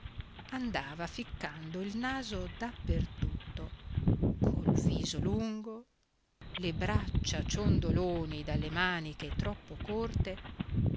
andava ficcando il naso da per tutto col viso lungo le braccia ciondoloni dalle maniche troppo corte